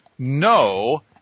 No